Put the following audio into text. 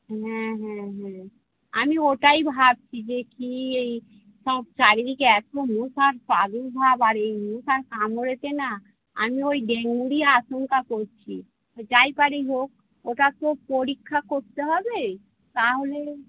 হ্যাঁ হ্যাঁ হ্যাঁ আমি ওটাই ভাবছি যে কি এই সব চারিদিকে এতো মশার প্রাদুর্ভাব আর এই মশার কামড়েতে না আমি ওই ডেঙ্গুরই আশঙ্কা করছি যাই পারি হোক ওটা তো পরীক্ষা করতে হবে তাহলে